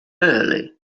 early